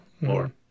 more